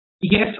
yes